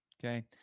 okay